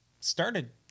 started